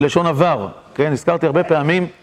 לשון עבר, כן? הזכרתי הרבה פעמים.